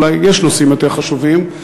יש נושאים יותר חשובים,